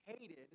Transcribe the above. hated